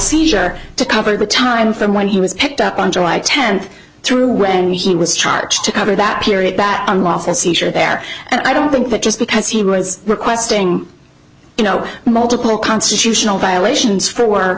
seizure to cover the time from when he was picked up on july tenth through when he was charged to cover that period back unlawful seizure there and i don't think that just because he was requesting you know multiple constitutional violations for